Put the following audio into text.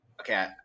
okay